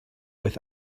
with